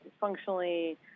functionally